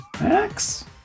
Max